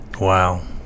Wow